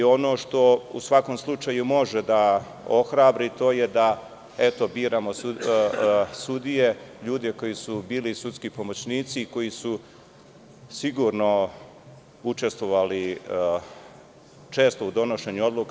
Ono što u svakom slučaju može da ohrabri to je da eto biramo sudije koji su bili sudski pomoćnici koji su sigurno učestvovali često donošenja odluka.